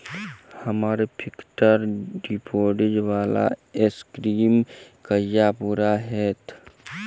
हम्मर fixed deposit वला scheme कहिया पूरा हैत?